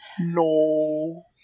No